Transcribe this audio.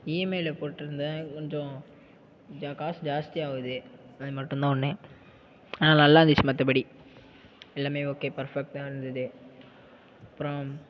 இஎம்ஐயில் போட்டுருந்தேன் கொஞ்சம் கொஞ்சம் காஸு ஜாஸ்த்தியாவுது அது மட்டுந்தான் ஒன்று ஆனால் நல்லாருந்துச்சி மத்தப்படி எல்லாமே ஓகே பர்ஃபெக்ட்டா இருந்தது அப்புறம்